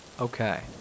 Okay